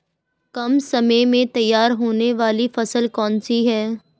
कम समय में तैयार होने वाली फसल कौन सी है?